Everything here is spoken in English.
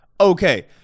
Okay